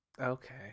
okay